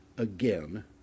again